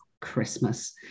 Christmas